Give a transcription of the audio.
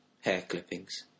hair-clippings